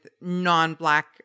non-black